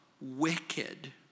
wicked